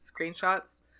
screenshots